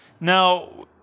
Now